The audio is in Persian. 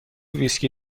ویسکی